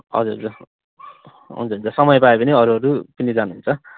हजुर हजुर हुन्छ हुन्छ समय पायो भने अरू अरू पनि जानुहुन्छ